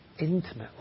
intimately